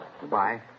Goodbye